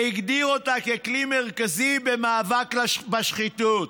והגדיר אותה ככלי מרכזי במאבק בשחיתות.